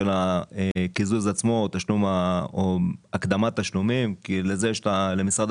הקיזוז עצמו או הקדמת תשלומים כי לזה יש למשרד